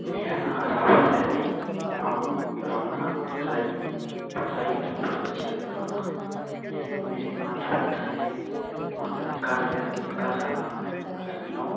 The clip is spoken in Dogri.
मेरा नांऽ राहुल लवी अं'ऊ रौह्न्नां पखलाई पखलाई उधमपुर बिच रौह्न्नां ते मेरे माता पिता जेह्ड़े माता ते घर गै रौंहदिया ते घरै दा गै कम्म करदियां